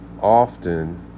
often